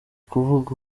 ukuvuga